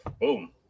Boom